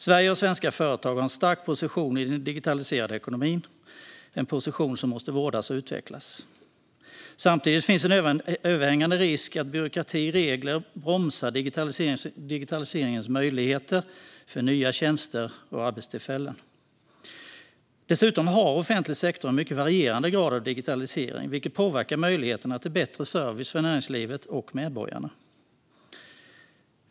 Sverige och svenska företag har en stark position i den digitaliserade ekonomin, en position som måste vårdas och utvecklas. Samtidigt finns en överhängande risk att byråkrati och regler bromsar digitaliseringens möjligheter för nya tjänster och arbetstillfällen. Dessutom har offentlig sektor en mycket varierande grad av digitalisering, vilket påverkar möjligheterna till bättre service för näringslivet och medborgarna.